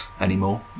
anymore